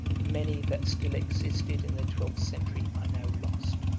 many that still existed in the twelfth century, are now lost.